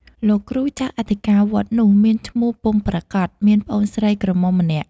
លោកគ្រូចៅអធិការវត្តនោះមានឈ្មោះពុំប្រាកដ មានប្អូនស្រីក្រមុំម្នាក់ ។